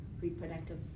reproductive